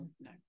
No